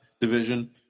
division